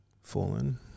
fallen